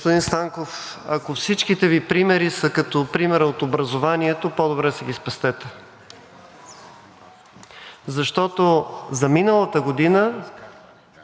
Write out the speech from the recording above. Господин Станков, ако всичките Ви примери са като примера от образованието, по-добре си ги спестете. Защото за миналата година